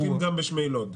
זיקוקים גם בשמי לוד.